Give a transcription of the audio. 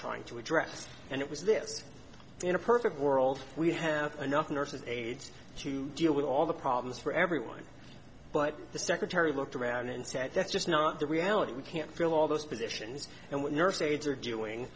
trying to address and it was this in a perfect world we have enough nurses aids to deal with all the problems for everyone but the secretary looked around and said that's just not the reality we can't fill all those positions and what nurse aides are doing